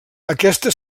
aquesta